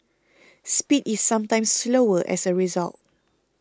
speed is sometimes slower as a result